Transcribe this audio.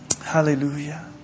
Hallelujah